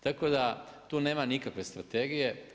Tako da tu nema nikakve strategije.